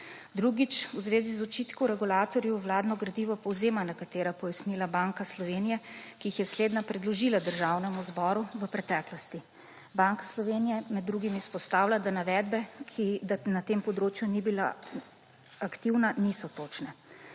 Drugič. V zvezi z očitkom regulatorju vladno gradivo povzema nekatere pojasnila Banke Slovenije, ki jih je slednja predložila Državnemu zboru v preteklosti. Banka Slovenija med drugim izpostavlja, da navedbe, da na tem področju ni bila aktivna, niso točne.